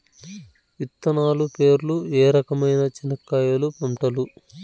విత్తనాలు పేర్లు ఏ రకమైన చెనక్కాయలు పంటలు?